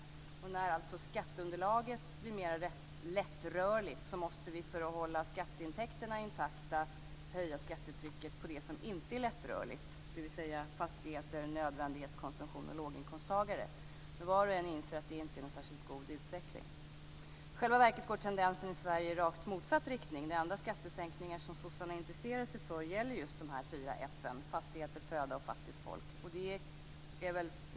När skatteunderlaget blir mer lättrörligt måste vi, för att hålla skatteintäkterna intakta, höja skattetrycket på det som inte är lättrörligt, dvs. fastigheter, nödvändighetskonsumtion och låginkomsttagare. Var och en inser dock att det inte är någon särskilt god utveckling. I själva verket går tendensen i Sverige i rakt motsatt riktning. De enda skattesänkningar som sossarna intresserar sig för gäller just de fyra F:en - fastigheter, föda och fattigt folk.